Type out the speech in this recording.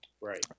right